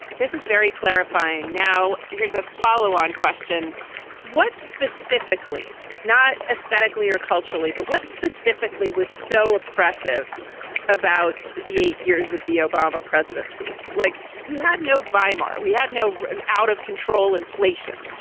this is very clarifying. now, here's a follow on question what specifically not aesthetically or culturally? but what specifically was so oppressive about the eight years of the obama presidency? like we had no vice-marshal we had no an out of control inflation.